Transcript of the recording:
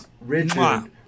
Richard